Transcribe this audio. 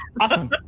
awesome